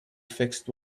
fixed